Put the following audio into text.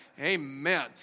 Amen